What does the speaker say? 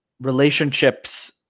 relationships